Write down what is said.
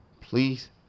Please